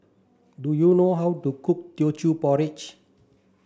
do you know how to cook Teochew Porridge